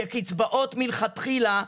מלכתחילה,